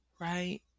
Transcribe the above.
right